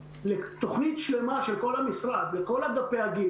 תוכנית שלמה של כל המשרד לכל אגפי הגיל